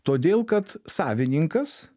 todėl kad savininkas